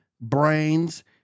brains